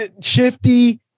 shifty